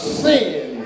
sin